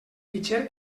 fitxer